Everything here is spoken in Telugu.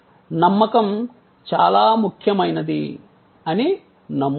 నమ్మకం చాలా ముఖ్యమైనది అని నమ్ముతుంది